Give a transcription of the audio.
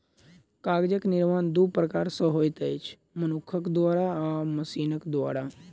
कागज निर्माण दू प्रकार सॅ होइत अछि, मनुखक द्वारा आ मशीनक द्वारा